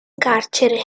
carcere